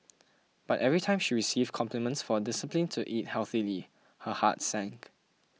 but every time she received compliments for discipline to eat healthily her heart sank